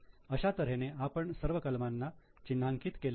अशा तऱ्हेने आपण सर्व कलमांना चिन्हांकित केले आहे